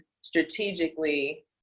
strategically